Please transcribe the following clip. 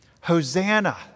Hosanna